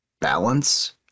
balance